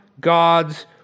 God's